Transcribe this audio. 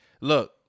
Look